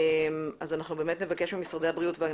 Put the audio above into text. אז אנחנו נבקש ממשרד הבריאות ומהמשרד